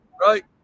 right